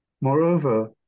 moreover